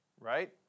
right